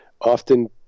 often